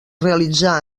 realitzà